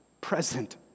present